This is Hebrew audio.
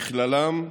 בכלל זה,